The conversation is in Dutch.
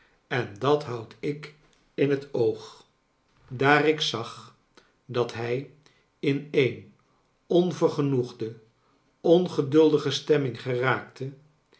en dat houd ik in het oog daar ik zag dat hij in eene onvergenoegde ongeduldige stemming geraakte